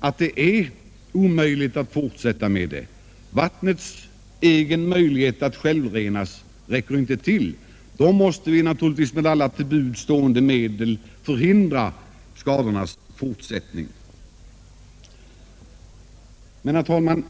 att det är omöjligt att fortsätta på detta sätt, eftersom vattnets förmåga till självrening inte räcker till, måste vi naturligtvis med alla till buds stående medel förhindra att skador fortsätter att uppstå. Herr talman!